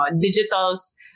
Digital's